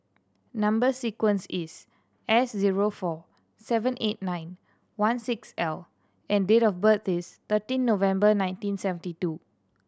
number sequence is S zero four seven eight nine one six L and date of birth is thirteen November nineteen seventy two